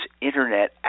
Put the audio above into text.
Internet